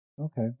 Okay